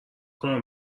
کار